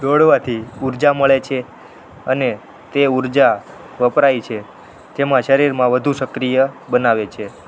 દોડવાથી ઉર્જા મળે છે અને તે ઉર્જા વપરાય છે તેમાં શરીરમાં વધુ સક્રિય બનાવે છે